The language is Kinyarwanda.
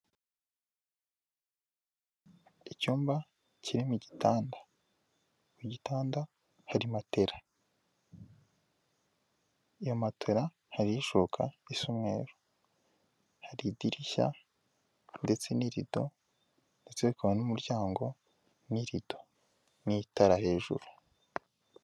Icyumba kirimo igitanda mu gitanda hari ya matela hari ishuka risa umweru, hari idirishya ndetse n'irido ndetse hakaba n'umuryango n'irido n'itara hejuru.